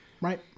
Right